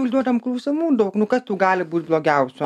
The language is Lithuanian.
užduodam klausimų daug nu kas tau gali būti blogiausio